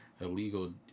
illegal